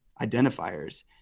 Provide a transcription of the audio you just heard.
identifiers